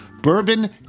Bourbon